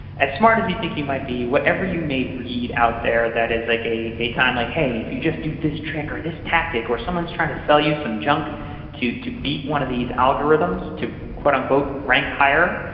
as smart as you think you might be, whatever you may read out there that is like a a timely, hey, if you just do this trick or this tactic, or someone is trying to sell you some junk to to beat one of these algorithms to um rank higher,